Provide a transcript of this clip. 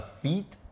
feet